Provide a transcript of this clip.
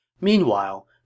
Meanwhile